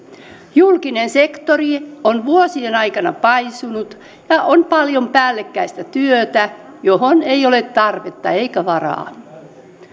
julkinen sektori on vuosien aikana paisunut ja on paljon päällekkäistä työtä johon ei ole tarvetta eikä varaa